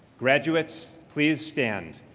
graduates, please stand.